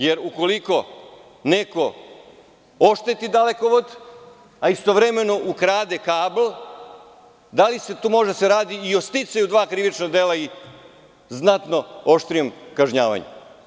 Jer, ukoliko neko ošteti dalekovod, a istovremeno ukrade kabl, da li se tu onda radi i o sticaju dva krivična dela i znatno oštrijem kažnjavanju?